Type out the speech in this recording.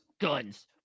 Guns